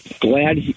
glad